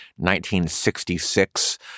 1966